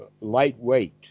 lightweight